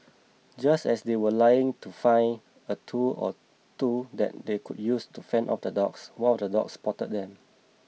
just as they were trying to find a tool or two that they could use to fend off the dogs one of the dogs spotted them